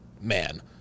man